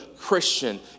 Christian